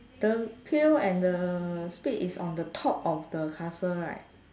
the pail and the spade is on the top of the castle right